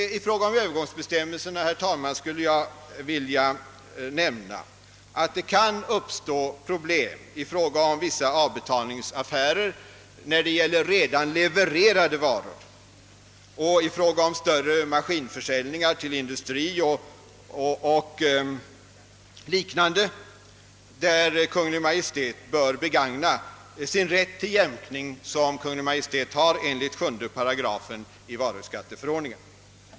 I fråga om övergångsbestämmelserna, herr talman, skulle jag vilja nämna att det kan uppstå problem beträffande vissa avbetalningsaffärer som gäller redan levererade varor samt beträffande större maskinförsäljningar till industrien och liknande. Kungl. Maj:t bör därvidlag begagna den rätt till jämkning som föreligger enligt 7 § i varuskatteförordningen.